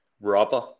Rubber